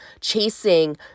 chasing